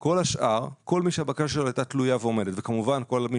כל מי שהבקשה שלו תלויה ועומדת וכמובן כל מי